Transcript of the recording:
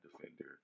defender